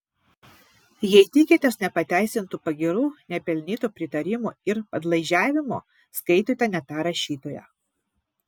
jei tikitės nepateisintų pagyrų nepelnyto pritarimo ir padlaižiavimo skaitote ne tą rašytoją